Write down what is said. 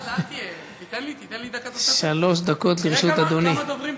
תיתן לי דקה תוספת, תראה כמה דוברים פספסו.